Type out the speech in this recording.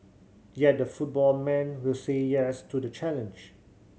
yet the football man will say yes to the challenge